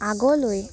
আগলৈ